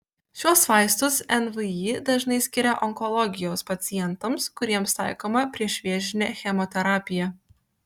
šiuos vaistus nvi dažnai skiria onkologijos pacientams kuriems taikoma priešvėžinė chemoterapija